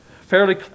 fairly